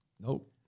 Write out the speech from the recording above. Nope